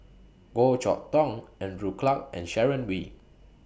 Goh Chok Tong Andrew Clarke and Sharon Wee